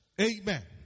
Amen